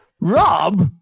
Rob